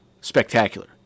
spectacular